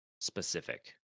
specific